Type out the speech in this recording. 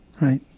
right